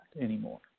anymore